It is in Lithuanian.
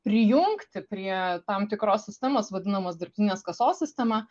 prijungti prie tam tikros sistemos vadinamos dirbtinės kasos sistema